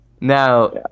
Now